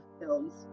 films